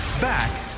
back